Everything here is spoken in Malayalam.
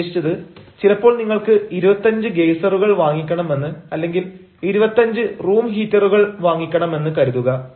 ഞാനുദ്ദേശിച്ചത് ചിലപ്പോൾ നിങ്ങൾക്ക് 25 ഗെയ്സറുകൾ വാങ്ങിക്കണമെന്ന് അല്ലെങ്കിൽ 25 റൂം ഹീറ്ററുകൾ വാങ്ങിക്കണമെന്ന് കരുതുക